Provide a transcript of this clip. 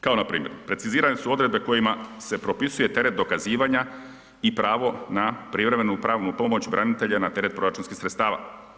Kao npr. precizirane su odredbe kojima se propisuje teret dokazivanja i pravo na privremenu pravnu pomoć branitelja na teret proračunskih sredstava.